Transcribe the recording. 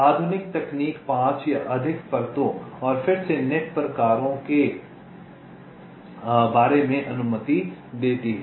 आधुनिक तकनीक 5 या अधिक परतों और फिर से नेट प्रकारों के बारे में अनुमति देती है